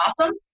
awesome